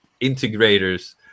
integrators